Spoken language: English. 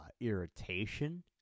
Irritation